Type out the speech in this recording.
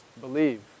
believe